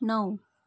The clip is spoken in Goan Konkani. णव